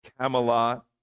Camelot